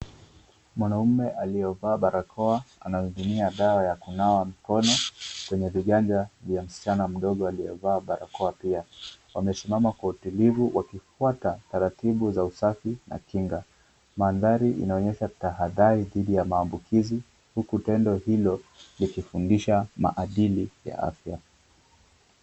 Mwanaume aliyevaa barakoa anamiminia dawa ya kunawa mkono kwenye viganja vya msichana mdogo aliyevaa barakoa pia, wamesimama kwa utulivu wakifuata taratibu za usafi na kinga. Mandhari inaonyesha tahadhari dhidi ya maambukizi huku tendo hilo likifundisha maadili ya afya.